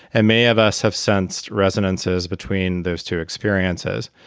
and many of us have sensed resonances between those two experiences.